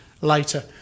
later